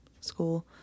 school